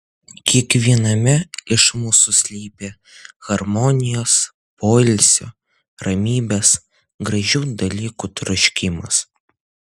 kiekviename iš mūsų slypi harmonijos poilsio ramybės gražių dalykų troškimas